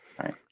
right